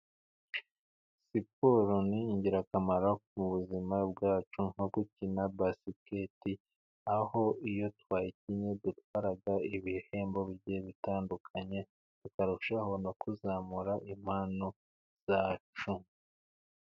Siporo ni ingirakamaro ku buzima bwacu nko gukina basiketi aho iyo twayikinnye dutwara ibihembo bigiye bitandukanye bikarushaho no kuzamura impano zacu.